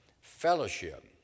Fellowship